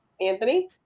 Anthony